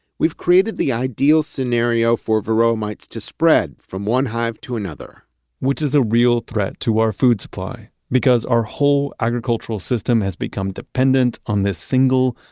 we've created the ideal scenario for varroa mites just spread from one hive to another which is a real threat to our food supply because our whole agricultural system has become dependent on this single,